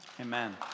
Amen